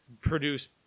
produce